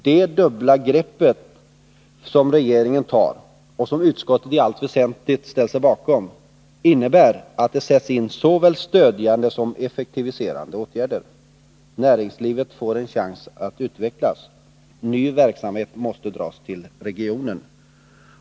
Det dubbla grepp som regeringen tar, och som utskottet i allt väsentligt ställer sig bakom, innebär att det sätts in såväl stödjande som effektiviserande åtgärder. Näringslivet får en chans att utvecklas. Ny verksamhet måste dras till regionen.